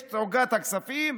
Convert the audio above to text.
יש את עוגת הכספים,